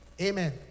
Amen